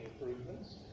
improvements